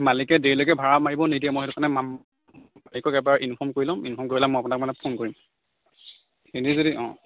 মালিকে দেৰিলৈকে ভাড়া মাৰিব নিদিয়ে মই সেইটো কাৰণে মা মালিকক এবাৰ ইনফৰ্ম কৰি ল'ম ইনফৰ্ম কৰি পেলাই মই আপোনাক মানে ফোন কৰিম এনেই যদি অ